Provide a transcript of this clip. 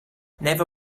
never